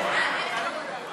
אנחנו